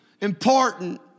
important